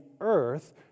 earth